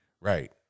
right